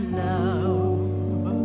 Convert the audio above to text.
love